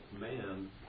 man